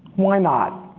why not?